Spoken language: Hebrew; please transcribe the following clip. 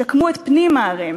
שקמו את פנים הערים,